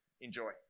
Enjoy